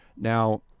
Now